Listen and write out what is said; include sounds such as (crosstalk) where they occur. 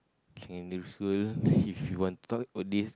secondary school (breath) if you want to talk about this